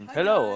Hello